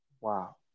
wow